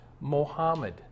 Mohammed